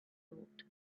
thought